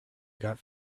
got